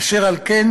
אשר על כן,